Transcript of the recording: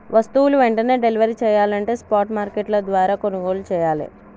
వస్తువులు వెంటనే డెలివరీ చెయ్యాలంటే స్పాట్ మార్కెట్ల ద్వారా కొనుగోలు చెయ్యాలే